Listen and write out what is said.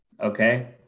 Okay